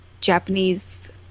japanese